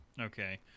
okay